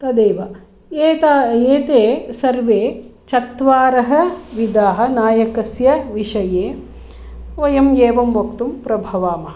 तदेव एते एते सर्वे चत्वारः विधाः नायकस्य विषये वयं एवं वक्तुं प्रभवामः